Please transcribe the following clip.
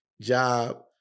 job